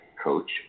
Coach